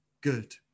good